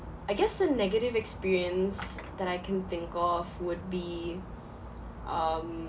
I guess the negative experience that I can think of would be um